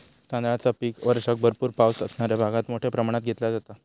तांदळाचा पीक वर्षाक भरपूर पावस असणाऱ्या भागात मोठ्या प्रमाणात घेतला जाता